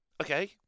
Okay